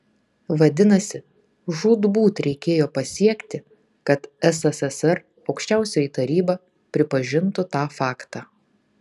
vadinasi žūtbūt reikėjo pasiekti kad sssr aukščiausioji taryba pripažintų tą faktą